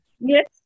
Yes